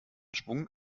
schwung